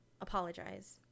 apologize